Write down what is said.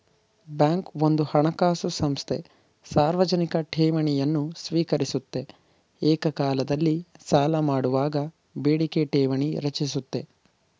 bank ಒಂದು ಹಣಕಾಸು ಸಂಸ್ಥೆ ಸಾರ್ವಜನಿಕ ಠೇವಣಿಯನ್ನು ಸ್ವೀಕರಿಸುತ್ತೆ ಏಕಕಾಲದಲ್ಲಿ ಸಾಲಮಾಡುವಾಗ ಬೇಡಿಕೆ ಠೇವಣಿ ರಚಿಸುತ್ತೆ